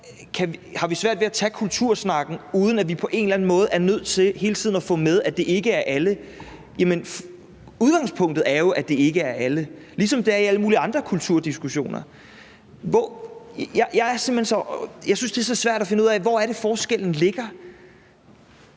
har svært ved at tage kultursnakken, uden at vi på en eller anden måde er nødt til hele tiden at få med, at det ikke er alle. Udgangspunktet er jo, at det ikke er alle, ligesom det er det i alle mulige andre kulturdiskussioner. Jeg synes, det er så svært at finde ud af, hvor forskellen ligger.